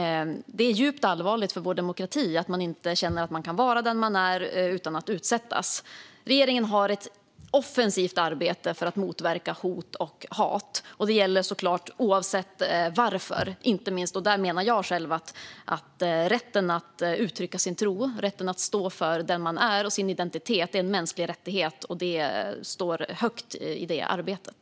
Det är djupt allvarligt för vår demokrati att man inte känner att man kan vara den man är utan att utsättas. Regeringen har ett offensivt arbete för att motverka hot och hat. Det gäller såklart oavsett anledning. Jag menar själv att rätten att uttrycka sin tro och stå för den man är och sin identitet är en mänsklig rättighet. Detta står högt i det arbetet.